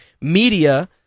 media